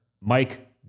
Mike